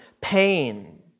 pain